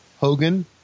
Hogan